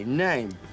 name